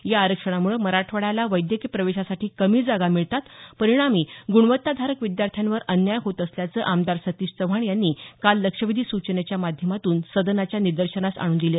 या आरक्षणामुळे मराठवाड्याला वैद्यकीय प्रवेशासाठी कमी जागा मिळतात परिणामी ग्णवत्ताधारक विद्यार्थ्यांवर अन्याय होत असल्याचं आमदार सतीश चव्हाण यांनी काल लक्षवेधी सूचनेच्या माध्यमातून सदनाच्या निदर्शनास आणून दिलं